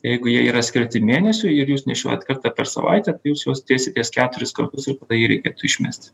jeigu jie yra skirti mėnesiui ir jūs nešiojat kartą per savaitę tai jūs juos dėsitės keturis kartus ir po to jį reikėtų išmesti